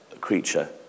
creature